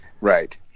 Right